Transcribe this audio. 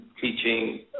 teaching